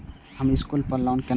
हम स्कूल पर लोन केना लैब?